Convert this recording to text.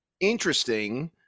interesting